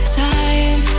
time